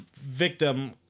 victim